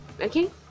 okay